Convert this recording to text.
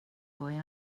boy